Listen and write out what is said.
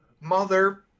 mother